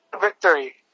Victory